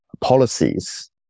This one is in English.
policies